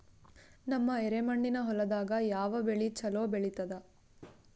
ನಮ್ಮ ಎರೆಮಣ್ಣಿನ ಹೊಲದಾಗ ಯಾವ ಬೆಳಿ ಚಲೋ ಬೆಳಿತದ?